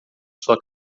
sua